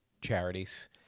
charities